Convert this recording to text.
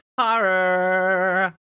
horror